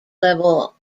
level